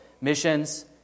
missions